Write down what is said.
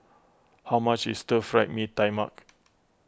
how much is Stir Fried Mee Tai Mak